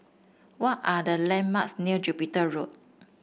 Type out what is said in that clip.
what are the landmarks near Jupiter Road